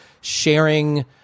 sharing